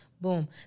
Boom